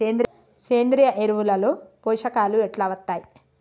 సేంద్రీయ ఎరువుల లో పోషకాలు ఎట్లా వత్తయ్?